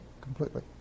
completely